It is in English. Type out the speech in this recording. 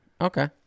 Okay